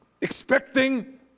expecting